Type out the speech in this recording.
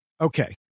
Okay